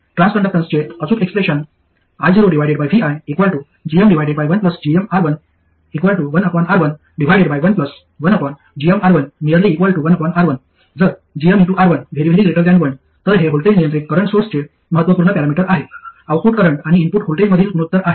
ट्रान्सकंडक्टन्सचे अचूक expression iovigm1gmR11R111R1 जर gmR1 1 तर हे व्होल्टेज नियंत्रित करंट सोर्सचे महत्त्वपूर्ण पॅरामीटर आहे आउटपुट करंट आणि इनपुट व्होल्टेजमधील गुणोत्तर आहे